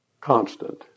constant